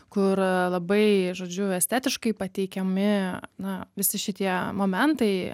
kur labai žodžiu estetiškai pateikiami na visi šitie momentai